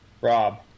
Rob